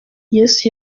yesu